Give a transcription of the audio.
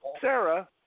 Sarah